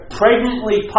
pregnantly